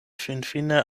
finfine